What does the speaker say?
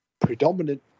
predominant